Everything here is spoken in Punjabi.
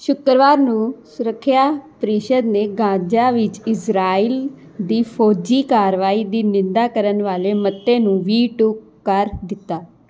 ਸ਼ੁੱਕਰਵਾਰ ਨੂੰ ਸੁਰੱਖਿਆ ਪਰਿਸ਼ਦ ਨੇ ਗਾਜ਼ਾ ਵਿੱਚ ਇਜ਼ਰਾਈਲ ਦੀ ਫੌਜੀ ਕਾਰਵਾਈ ਦੀ ਨਿੰਦਾ ਕਰਨ ਵਾਲੇ ਮਤੇ ਨੂੰ ਵੀਟੋ ਕਰ ਦਿੱਤਾ